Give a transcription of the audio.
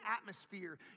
atmosphere